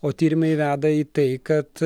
o tyrimai veda į tai kad